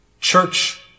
church